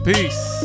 Peace